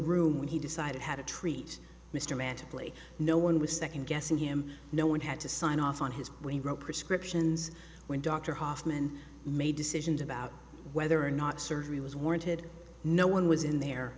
room when he decided how to treat mr magically no one was second guessing him no one had to sign off on his way wrote prescriptions when dr hoffman made decisions about whether or not surgery was warranted no one was in the